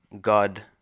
God